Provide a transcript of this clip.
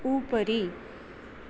उपरि